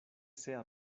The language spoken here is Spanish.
sea